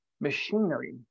machinery